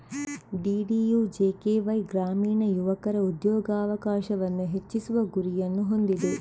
DDUJKY ಗ್ರಾಮೀಣ ಯುವಕರ ಉದ್ಯೋಗಾವಕಾಶವನ್ನು ಹೆಚ್ಚಿಸುವ ಗುರಿಯನ್ನು ಹೊಂದಿದೆ